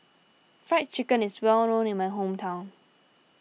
Fried Chicken is well known in my hometown